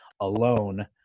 alone